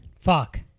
fuck